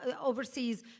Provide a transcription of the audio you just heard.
overseas